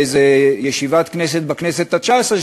באיזו ישיבת כנסת בכנסת התשע-עשרה,